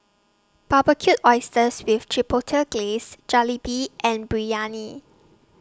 Barbecued Oysters with Chipotle Glaze Jalebi and Biryani